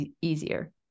easier